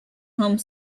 home